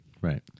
Right